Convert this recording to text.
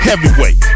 Heavyweight